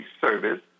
service